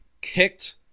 kicked